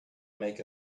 make